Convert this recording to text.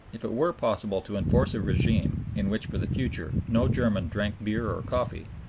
if it were possible to enforce a regime in which for the future no german drank beer or coffee,